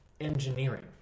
engineering